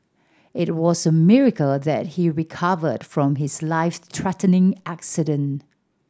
it was a miracle that he recovered from his life threatening accident